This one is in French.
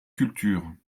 culture